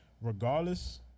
regardless